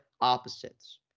Opposites